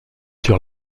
sur